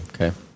Okay